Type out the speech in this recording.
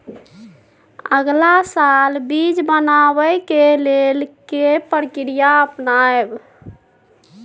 अगला साल बीज बनाबै के लेल के प्रक्रिया अपनाबय?